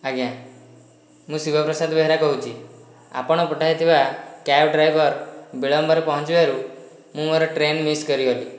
ଆଜ୍ଞା ମୁଁ ଶିବ ପ୍ରସାଦ ବେହେରା କହୁଛି ଆପଣ ପଠାଇଥିବା କ୍ୟାବ୍ ଡ୍ରାଇଭର ବିଳମ୍ବରେ ପହଞ୍ଚିବାରୁ ମୁଁ ମୋର ଟ୍ରେନ୍ ମିସ୍ କରିଗଲି